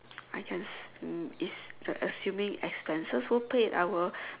I can hmm it's the assuming expenses were paid I will